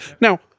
Now